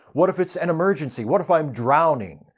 what if it's an emergency? what if i'm drowning?